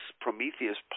Prometheus